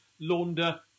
launder